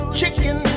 chicken